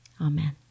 Amen